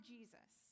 Jesus